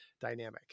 dynamic